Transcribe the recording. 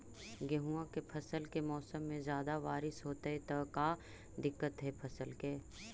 गेहुआ के फसल के मौसम में ज्यादा बारिश होतई त का दिक्कत हैं फसल के?